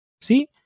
See